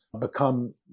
become